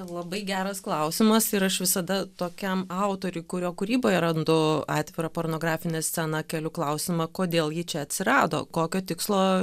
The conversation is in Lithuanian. labai geras klausimas ir aš visada tokiam autoriui kurio kūryboje randu atvirą pornografinę sceną keliu klausimą kodėl ji čia atsirado kokio tikslo